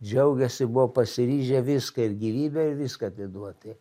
džiaugėsi buvo pasiryžę viską ir gyvybę ir viską atiduot tai